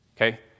Okay